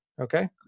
Okay